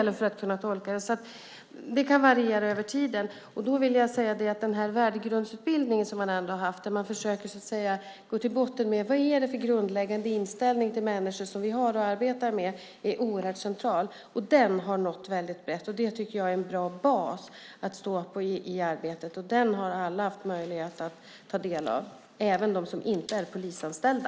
Det kan alltså variera över tiden. Den värdegrundsutbildning där man försöker gå till botten med vad det är för grundläggande inställning till människor man har och arbetar med är oerhört central. Den har nått brett. Det är en bra bas att stå på i arbetet. Den har alla haft möjlighet att ta del av, även de som inte är polisanställda.